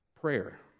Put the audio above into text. prayer